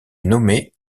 nommée